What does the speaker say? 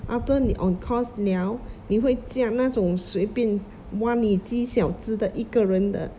after 你 on course 了你会驾那种随便挖泥机小只的一个人的